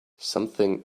something